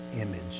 image